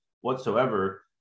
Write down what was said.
whatsoever